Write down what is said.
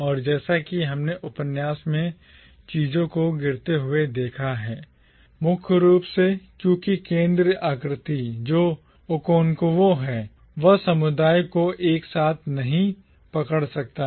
और जैसा कि हमने उपन्यास में चीजों को गिरते हुए देखा है मुख्य रूप से क्योंकि केंद्रीय आकृति जो ओकोंकवू है वह समुदाय को एक साथ नहीं पकड़ सकता है